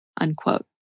unquote